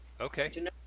Okay